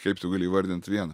kaip tu gali įvardint vieną